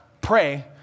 pray